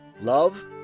love